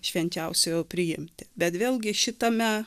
švenčiausiojo priimti bet vėlgi šitame